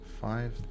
five